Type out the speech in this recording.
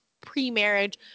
pre-marriage